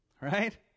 right